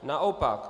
Naopak.